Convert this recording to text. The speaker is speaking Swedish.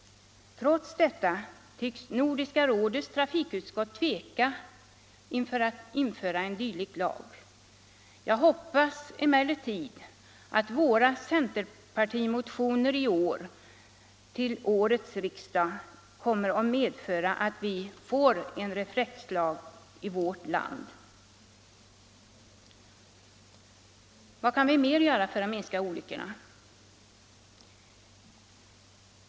Trots detta tycks Nordiska rådets trafikutskott tveka inför att förorda en dylik lag. Jag hoppas emellertid att centerpartimotionerna till årets riksdag kommer att medföra att vi får en reflexlag i vårt land. Vad kan vi mer göra för att minska olyckorna?